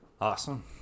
awesome